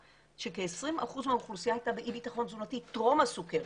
שכ-20% מהאוכלוסייה הייתה באי-בטחון תזונתי טרום הסכרת.